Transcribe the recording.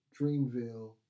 Dreamville